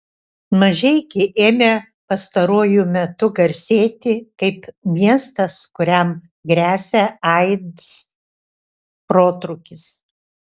mažeikiai ėmė pastaruoju metu garsėti kaip miestas kuriam gresia aids protrūkis